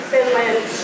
Finland